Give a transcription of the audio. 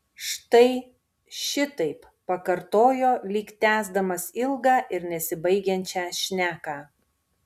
štai šitaip pakartojo lyg tęsdamas ilgą ir nesibaigiančią šneką